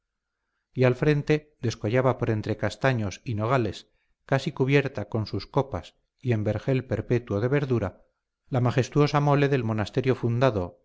y al frente descollaba por entre castaños y nogales casi cubierta con sus copas y en vergel perpetuo de verdura la majestuosa mole del monasterio fundado